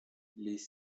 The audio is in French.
les